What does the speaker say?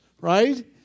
right